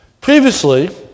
Previously